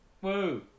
whoa